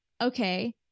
Okay